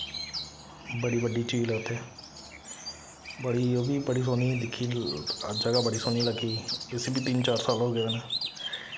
बड़ी बड्डी झील ऐ उत्थै बड़ी ओह् बी बड़ी सोह्नी दिक्खी जगह् बड़ी सोह्नी लग्गी इस्सी बी तिन्न चार साल होई गेदे न